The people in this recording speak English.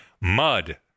Mud